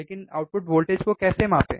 लेकिन output voltage को कैसे मापें